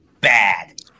bad